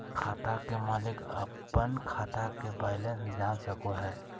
खाता के मालिक अपन खाता के बैलेंस जान सको हय